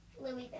Louisville